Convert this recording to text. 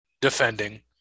defending